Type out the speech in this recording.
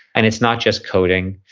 and, it's not just coding.